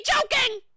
joking